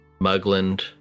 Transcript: Mugland